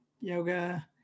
yoga